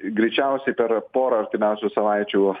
greičiausiai per porą artimiausių savaičių